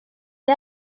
est